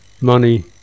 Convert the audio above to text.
Money